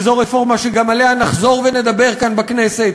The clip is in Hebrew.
וזו רפורמה שגם עליה נחזור ונדבר כאן בכנסת,